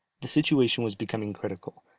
the situation was becoming critical,